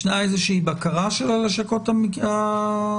ישנה איזושהי בקרה של הלשכות המשפטיות?